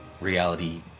reality